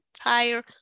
entire